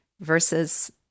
versus